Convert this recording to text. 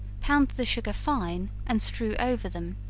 pound the sugar fine, and strew over them,